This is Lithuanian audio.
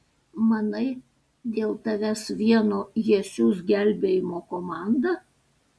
manai dėl tavęs vieno jie siųs gelbėjimo komandą